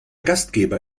gastgeber